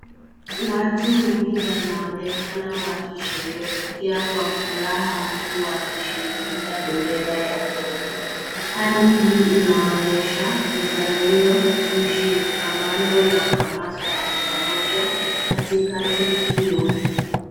Watu wengi wanaonekana wakisherehekea kwa furaha huku wakishikilia bendera ya Kenya. Hali hii inaonyesha uzalendo, ushikamano na hamasa ya pamoja katika tukio.